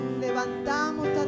levantamos